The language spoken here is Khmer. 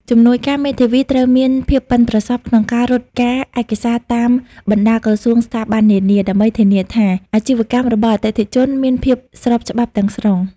ជំនួយការមេធាវីត្រូវមានភាពប៉ិនប្រសប់ក្នុងការរត់ការឯកសារតាមបណ្តាក្រសួងស្ថាប័ននានា ដើម្បីធានាថាអាជីវកម្មរបស់អតិថិជនមានភាពស្របច្បាប់ទាំងស្រុង។